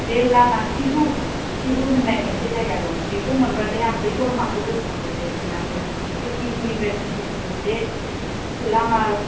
बे लामा टिहु टिहु होननाय मोनसे जायगा दं बेखौ मोनबाथाय आं बे सल'माखौ गोसोखांबा थायोमोन मानो होब्ला बे टिहुनिफ्राय बिजनिसिम बे लामा